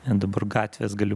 ten dabar gatvės galiu